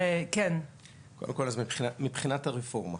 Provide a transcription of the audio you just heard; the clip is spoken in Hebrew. קודם כל מבחינת הרפורמה.